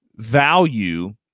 Value